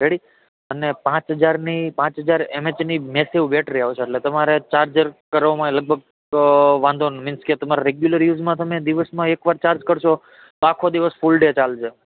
ready અને પાંચ હજારની પાંચ હજાર એમ એચની મેસીવ બેટરી આવે છે એટલે તમારે ચાર્જ કરવામાં એ લગભગ વાંધોન મીન્સ કે તમારે રેગ્યુલર યુઝમાં તમે દિવસમાં એક વાર ચાર્જ કરશો તો આખો દિવસ ફૂલ ડે ચાલશે